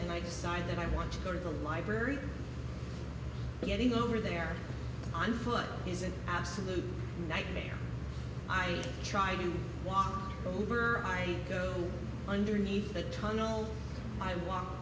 and i decide that i want to go to the library getting over there on foot is an absolute nightmare i try to walk over i go underneath that tunnel i walk